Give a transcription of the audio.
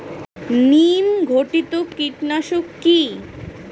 নিম ঘটিত কীটনাশক কি?